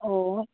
ꯑꯣ